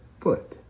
foot